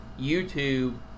YouTube